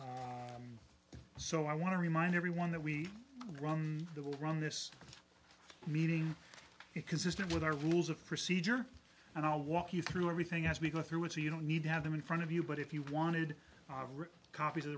meeting so i want to remind everyone that we run the will run this meeting consistent with our rules of procedure and i'll walk you through everything as we go through it so you don't need to have them in front of you but if you wanted copies of